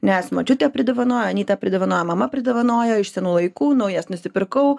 nes močiutė dovanojo anyta pridovanojo mama pridovanojo iš senų laikų naujas nusipirkau